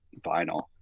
vinyl